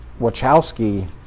Wachowski